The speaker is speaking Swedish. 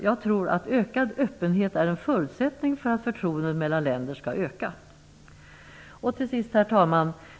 Jag tror att ökad öppenhet är en förutsättning för att förtroendet mellan länder skall öka. Till sist, herr talman!